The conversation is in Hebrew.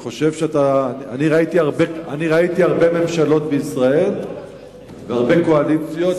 ראיתי הרבה ממשלות בישראל והרבה קואליציות.